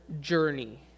journey